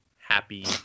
happy